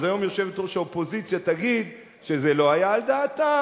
אז היום יושבת-ראש האופוזיציה תגיד שזה לא היה על דעתה,